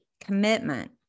commitment